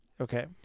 Okay